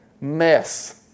Mess